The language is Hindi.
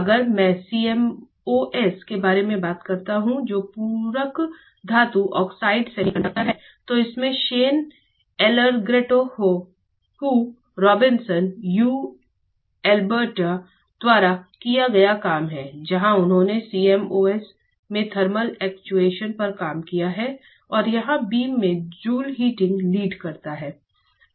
अगर मैं CMOS के बारे में बात करता हूं जो पूरक धातु ऑक्साइड सेमीकंडक्टर है तो इसमें शेन एलर्जेट्टो हू रॉबिन्सन यू अल्बर्टा द्वारा किया गया काम है जहां उन्होंने CMOS में थर्मल एक्ट्यूएशन पर काम किया है और यहां बीम के जूल हीटिंग लीड करता है